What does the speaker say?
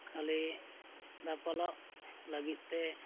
ᱠᱷᱟᱹᱞᱤ ᱫᱟᱯᱟᱞᱚᱜ ᱞᱟᱹᱜᱤᱫᱼᱛᱮ